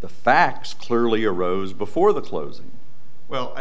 the facts clearly arose before the closing well i